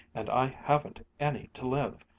and i haven't any to live.